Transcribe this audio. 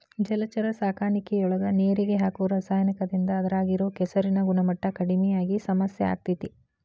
ಜಲಚರ ಸಾಕಾಣಿಕೆಯೊಳಗ ನೇರಿಗೆ ಹಾಕೋ ರಾಸಾಯನಿಕದಿಂದ ಅದ್ರಾಗ ಇರೋ ಕೆಸರಿನ ಗುಣಮಟ್ಟ ಕಡಿಮಿ ಆಗಿ ಸಮಸ್ಯೆ ಆಗ್ತೇತಿ